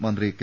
മന്ത്രി കെ